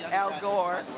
al gore.